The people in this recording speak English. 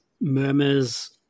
murmurs